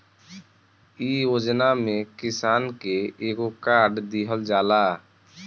इ योजना में किसान के एगो कार्ड दिहल जाला